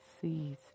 sees